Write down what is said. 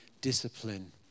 discipline